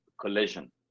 collision